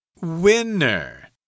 Winner